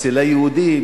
אצל היהודים,